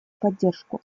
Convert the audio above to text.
поддержку